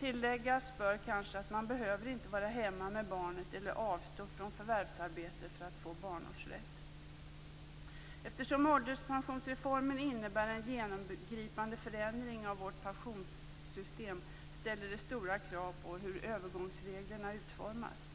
Tilläggas bör kanske att man inte behöver vara hemma med barnet eller avstå från förvärvsarbete för att få barnårsrätt. Eftersom ålderspensionsreformen innebär en genomgripande förändring av vårt pensionssystem ställs det stora krav på hur övergångsreglerna utformas.